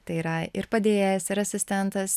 tai yra ir padėjėjas ir asistentas